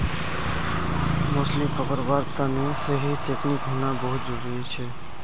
मछली पकड़वार तने सही टेक्नीक होना बहुत जरूरी छ